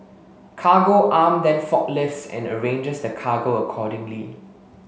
Cargo Arm then forklifts and arranges the cargo accordingly